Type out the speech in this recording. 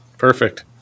Perfect